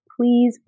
Please